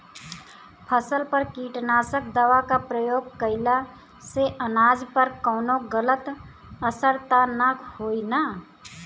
फसल पर कीटनाशक दवा क प्रयोग कइला से अनाज पर कवनो गलत असर त ना होई न?